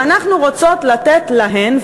ואנחנו רוצות לתת להן,